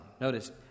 Notice